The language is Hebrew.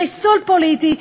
חיסול פוליטי,